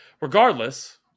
regardless